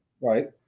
Right